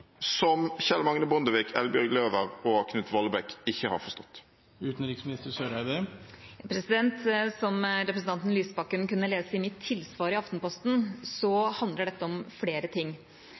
som Kjell Magne Bondevik, Eldbjørg Løwer og Knut Vollebæk ikke har forstått? Som representanten Lysbakken kunne lese i mitt tilsvar i Aftenposten, handler dette om flere ting.